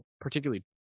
particularly